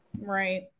Right